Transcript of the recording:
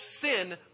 sin